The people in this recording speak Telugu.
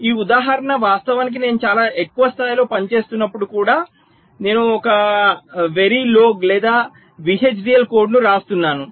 ఈ ఉదాహరణ వాస్తవానికి నేను చాలా ఎక్కువ స్థాయిలో పనిచేస్తున్నప్పుడు కూడా నేను ఒక వెరిలోగ్ లేదా VHDL కోడ్ను వ్రాస్తున్నాను